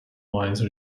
mines